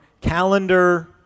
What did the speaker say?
calendar